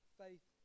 faith